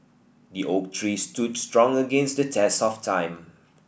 the oak tree stood strong against the test of time